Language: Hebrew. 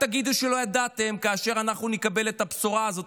אל תגידו שלא ידעתם כאשר אנחנו נקבל את הבשורה הזאת,